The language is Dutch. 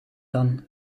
dan